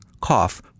cough